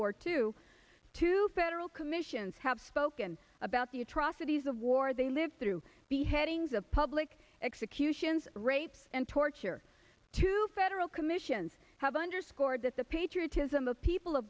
war two two federal commissions have spoken about the atrocities of war they lived through beheadings a public executions rapes and torture two federal commissions have underscored that the patriotism of people